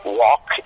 walk